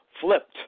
Flipped